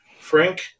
Frank